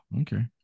Okay